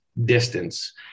distance